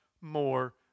more